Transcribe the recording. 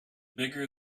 bigger